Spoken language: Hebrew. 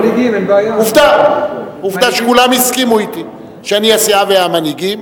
עובדה שכולם הסכימו אתי שאני הסיעה והם המנהיגים,